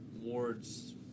Ward's